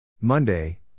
Monday